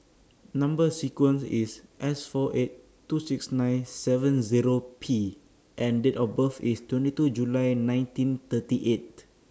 Number sequence IS S four eight two six nine seven Zero P and Date of birth IS twenty two July nineteen thirty eight